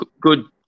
Good